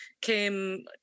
came